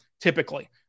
typically